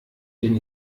bin